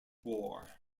war